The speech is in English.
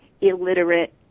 illiterate